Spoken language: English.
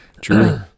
true